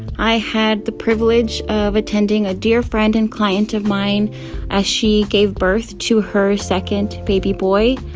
i had the privilege of attending a dear friend and client of mine as she gave birth to her second baby boy.